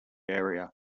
area